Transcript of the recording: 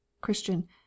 christian